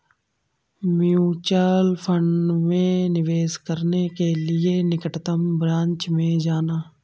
mutual fund में निवेश करने के लिए निकटतम ब्रांच में जाना